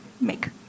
make